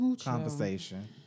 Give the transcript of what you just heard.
conversation